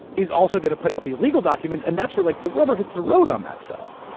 is also going to put out these legal documents and that's where like the rubber hits the road on that stuff.